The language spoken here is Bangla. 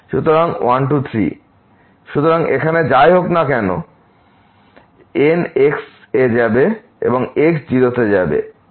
সুতরাং 1 2 3 সুতরাং এখানে যাই হোক না কেন n x এ যাবে এবং x 0 তে যাবে এটি 0 হয়ে যাবে